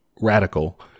radical